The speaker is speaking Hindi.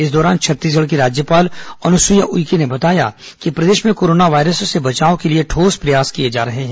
इस दौरान छत्तीसगढ़ की राज्यपाल अनुसुईया उइके ने बताया कि प्रदेश में कोरोना वायरस से बचाव के लिए ठोस प्रयास किए जा रहे हैं